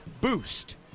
boost